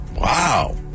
Wow